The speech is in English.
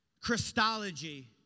Christology